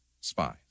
spies